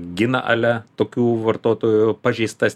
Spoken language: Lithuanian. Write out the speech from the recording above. gina ale tokių vartotojų pažeistas